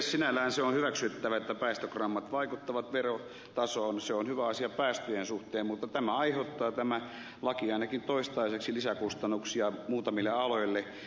sinällään se on hyväksyttävää että päästögrammat vaikuttavat verotasoon se on hyvä asia päästöjen suhteen mutta tämä laki aiheuttaa ainakin toistaiseksi lisäkustannuksia muutamille aloille